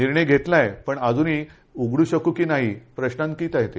निणर्य घेतला आहे पण अजूनही उघडू शकू की नाही प्रश्नांकित आहे ते